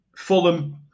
Fulham